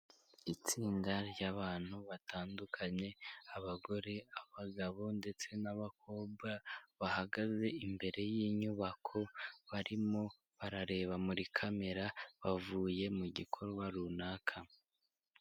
Itsinda ry'abantu batandukanye, abagore, abagabo ndetse n'abakobwa, bahagaze imbere y'inyubako, barimo barareba muri kamera, bavuye mu gikorwa runaka.